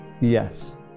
Yes